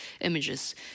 images